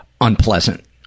unpleasant